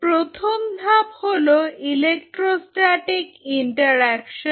প্রথম ধাপ হল ইলেকট্রোস্ট্যাটিক ইন্টারঅ্যাকশন